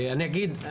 אני אגיד,